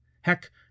Heck